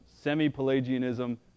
Semi-Pelagianism